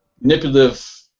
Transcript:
manipulative